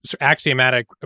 axiomatic